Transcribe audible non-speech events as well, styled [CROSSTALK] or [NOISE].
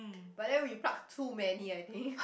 but then we pluck too many I think [LAUGHS]